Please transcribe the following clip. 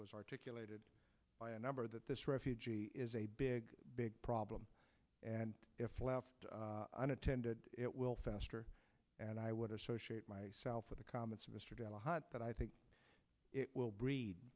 was articulated by a number that this refugee is a big big problem and if left unattended it will fester and i would associate myself with the comments of mr delahunt that i think it will breed